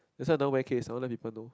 this one nobody cares I wonder people know